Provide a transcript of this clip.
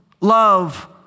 love